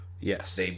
Yes